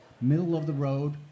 middle-of-the-road